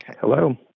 Hello